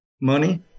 money